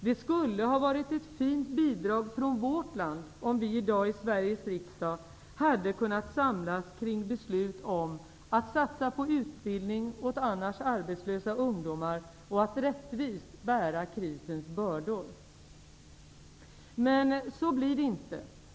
Det skulle ha varit ett fint bidrag från vårt land, om vi i dag i Sveriges riksdag hade kunnat samlats kring beslut om att satsa på utbildning åt annars arbetslösa ungdomar och om att rättvist bära krisens bördor. Men så blir det inte.